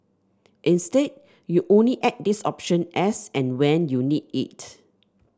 instead you only add this option as and when you need it